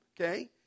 okay